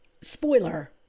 spoiler